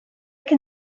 can